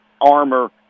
armor